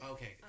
Okay